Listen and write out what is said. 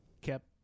kept